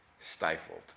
stifled